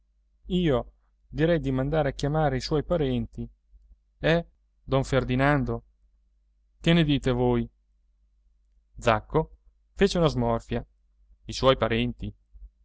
io direi di mandare a chiamare i suoi parenti eh don ferdinando che ne dite voi zacco fece una smorfia i suoi parenti